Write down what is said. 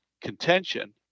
contention